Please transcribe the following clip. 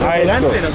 Adelante